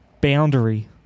boundary